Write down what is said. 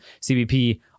CBP